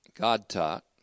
God-taught